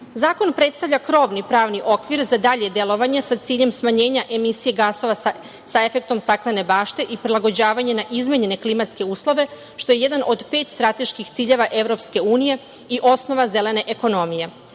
predstavlja krovni pravni okvir za dalje delovanje sa ciljem smanjenja emisije gasova sa efektom staklene bašte i prilagođavanje na izmenjene klimatske uslove, što je jedan od pet strateških ciljeva EU i osnova zelene ekonomije.